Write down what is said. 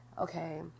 Okay